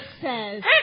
says